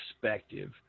perspective